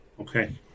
okay